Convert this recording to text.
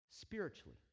spiritually